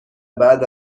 بعد